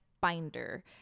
binder